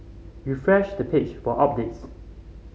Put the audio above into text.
refresh the page for updates